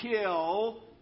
kill